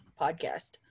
podcast